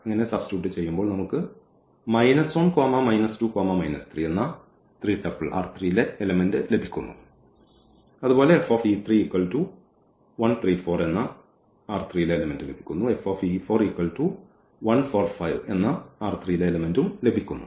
ഇപ്പോൾ F എന്നത് ൽ പ്രയോഗിച്ചാൽ എന്ത് സംഭവിക്കും